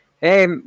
hey